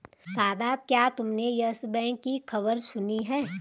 शादाब, क्या तुमने Yes Bank की खबर सुनी है?